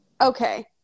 Okay